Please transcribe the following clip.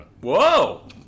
Whoa